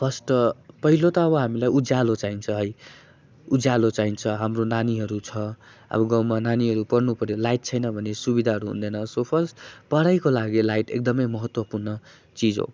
first पहिलो त अब हामीलाई उज्यालो चाहिन्छ है उज्यालो चाहिन्छ हाम्रो नानीहरू छ अब गाउँमा नानीहरू पढ्नु पर्यो लाइट छैन भने सुविधाहरू हुँदैन सो फर्स्ट पढाइको लागि लाइट एकदमै महत्त्वपूर्ण चिज हो